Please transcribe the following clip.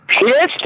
Yes